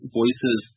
voices